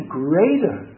greater